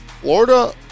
Florida